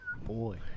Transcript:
Boy